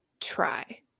Try